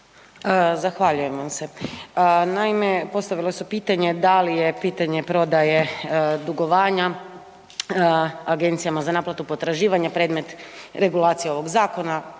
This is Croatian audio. Zahvaljujem se. Naime, postavila su pitanje, da li je pitanje prodaje dugovanja agencijama za naplatu potraživanja predmet regulacije ovog zakona